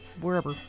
Wherever